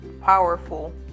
powerful